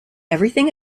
everything